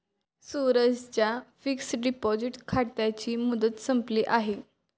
सूरजच्या fixed deposit खात्याची मुदत संपली आहे